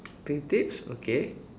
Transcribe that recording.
shopping tips okay